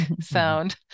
sound